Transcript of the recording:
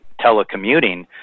telecommuting